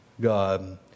God